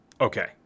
Okay